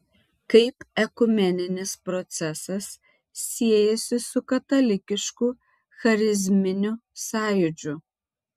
kaip ekumeninis procesas siejasi su katalikišku charizminiu sąjūdžiu